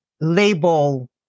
label